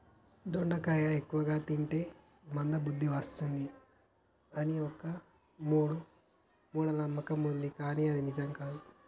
దొండకాయ ఎక్కువ తింటే మంద బుద్ది వస్తది అని ఒక మూఢ నమ్మకం వుంది కానీ అది నిజం కాదు